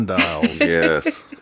Yes